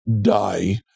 die